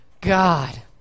God